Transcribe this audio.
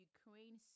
Ukraine